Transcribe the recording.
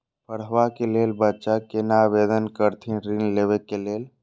पढ़वा कै लैल बच्चा कैना आवेदन करथिन ऋण लेवा के लेल?